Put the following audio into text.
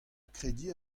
krediñ